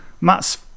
Matt's